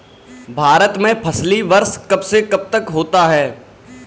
भारत में फसली वर्ष कब से कब तक होता है?